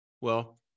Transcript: Well-